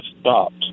stopped